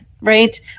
right